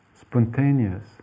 spontaneous